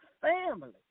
family